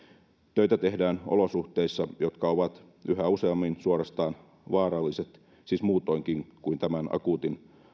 töitä tehdään olosuhteissa jotka ovat yhä useammin suorastaan vaaralliset siis muutoinkin kuin tämän akuutin